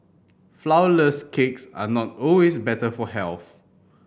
flourless cakes are not always better for health